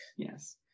Yes